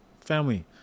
family